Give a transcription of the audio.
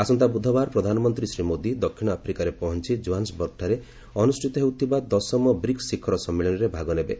ଆସନ୍ତା ବୁଧବାର ପ୍ରଧାନମନ୍ତ୍ରୀ ଶ୍ରୀ ମୋଦି ଦକ୍ଷିଣ ଆଫ୍ରିକାରେ ପହଞ୍ଚ କୋହାନ୍ପବର୍ଗଠାରେ ଅନୁଷ୍ଠିତ ହେଉଥିବା ଦଶମ ବ୍ରିକ୍ସ ଶିଖର ସମ୍ମିଳନୀରେ ଭାଗ ନେବେ